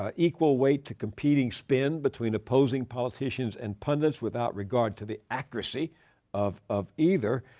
ah equal weight to competing spin between opposing politicians and pundits without regard to the accuracy of of either.